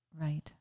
Right